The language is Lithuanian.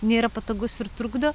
nėra patogus ir trukdo